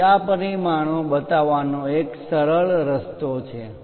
તેથી આ પરિમાણો બતાવવાનો એક સરળ રસ્તો છે